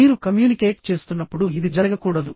మీరు కమ్యూనికేట్ చేస్తున్నప్పుడు ఇది జరగకూడదు